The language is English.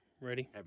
ready